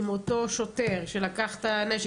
עם אותו שוטר שלקח את הנשק,